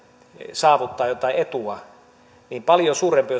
saavuttaa jotain etua niin paljon suurempi